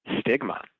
stigma